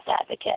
advocate